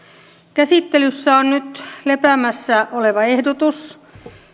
käsittelyssä on nyt lepäämässä oleva ehdotus